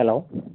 hello